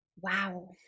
wow